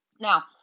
Now